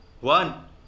One